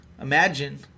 imagine